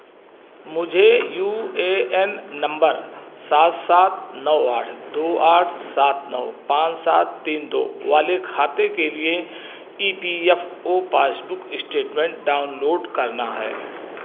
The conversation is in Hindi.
मुझे यू ए एन नंबर सात सात नो आठ दो आठ सात नो पाँच सात तीन दो वाले खाते के लिए E P F O passbook statement download करना है